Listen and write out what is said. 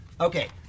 Okay